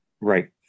Right